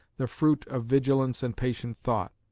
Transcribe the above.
the fruit of vigilance and patient thought.